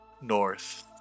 north